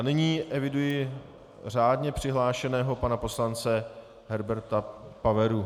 Nyní eviduji řádně přihlášeného pana poslance Herberta Paveru.